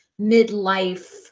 midlife